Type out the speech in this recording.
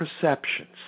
perceptions